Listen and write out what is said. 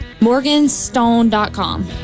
Morganstone.com